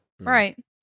right